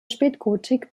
spätgotik